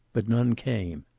but none came.